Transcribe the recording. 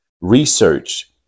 research